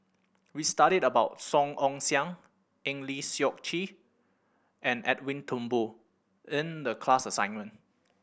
we studied about Song Ong Siang Eng Lee Seok Chee and Edwin Thumboo in the class assignment